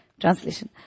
Translation